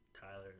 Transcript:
Tyler